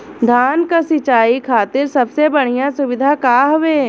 धान क सिंचाई खातिर सबसे बढ़ियां सुविधा का हवे?